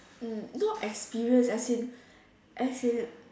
hmm no experience as in as in